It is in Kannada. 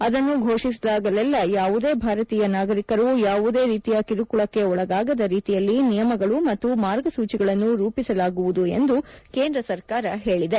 ಅದನ್ನು ಫೋಷಿಸಿದಾಗಲೆಲ್ಲಾ ಯಾವುದೇ ಭಾರತೀಯ ನಾಗರಿಕರು ಯಾವುದೇ ರೀತಿಯ ಕಿರುಕುಳಕ್ಕೆ ಒಳಗಾಗದ ರೀತಿಯಲ್ಲಿ ನಿಯಮಗಳು ಮತ್ತು ಮಾರ್ಗಸೂಚಿಗಳನ್ನು ರೂಪಿಸಲಾಗುವುದು ಎಂದು ಕೇಂದ್ರ ಸರ್ಕಾರ ಹೇಳಿದೆ